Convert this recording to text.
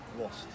lost